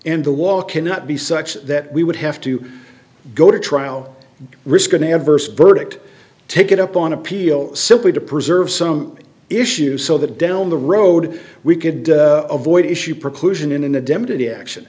and the wall cannot be such that we would have to go to trial risk an adverse verdict take it up on appeal simply to preserve some issues so that down the road we could avoid issue preclusion in a demo to the action